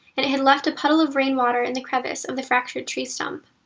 and it had left a puddle of rainwater in the crevice of the fractured tree stump.